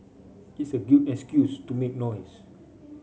it's a good excuse to make noise